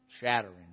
shattering